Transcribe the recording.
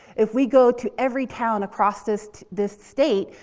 if we go to every town across this, this state,